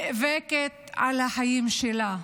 נאבקת על החיים שלה.